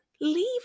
leave